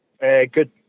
good